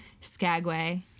Skagway